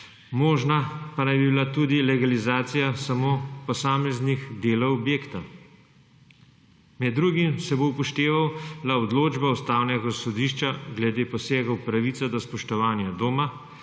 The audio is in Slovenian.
možna pa naj bi bila tudi legalizacija samo posameznih delov objekta. Med drugim se bo upoštevala odločba Ustavnega sodišča glede posegov v pravico do spoštovanja doma